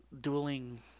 dueling